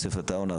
יוסף עטאונה,